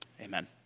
amen